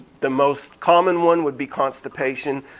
the most common one would be constipation.